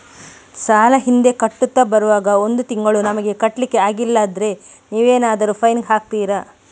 ಸಾಲ ಹಿಂದೆ ಕಟ್ಟುತ್ತಾ ಬರುವಾಗ ಒಂದು ತಿಂಗಳು ನಮಗೆ ಕಟ್ಲಿಕ್ಕೆ ಅಗ್ಲಿಲ್ಲಾದ್ರೆ ನೀವೇನಾದರೂ ಫೈನ್ ಹಾಕ್ತೀರಾ?